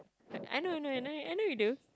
I know I know I know you do